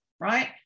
right